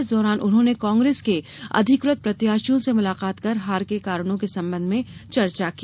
इस दौरान उन्होंने कांग्रेस के अधिकृत प्रत्याशियों से मुलाकात कर हार के कारणों के संबंध में चर्चा की